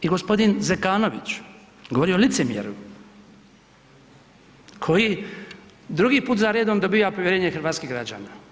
I gospodin Zekanović govori o licemjerju koji drugi put za redom dobiva povjerenje hrvatskih građana.